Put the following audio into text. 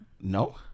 No